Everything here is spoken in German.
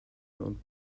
und